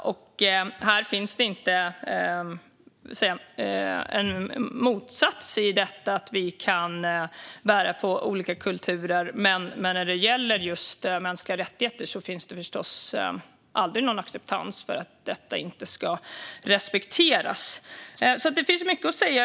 Det finns ingen motsats i detta. Vi kan bära på olika kulturer, men när det gäller just mänskliga rättigheter finns det förstås aldrig någon acceptans för att de inte respekteras. Det finns mycket att säga.